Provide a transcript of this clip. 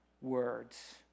words